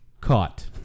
caught